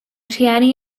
rhieni